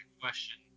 question